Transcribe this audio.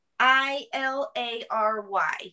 i-l-a-r-y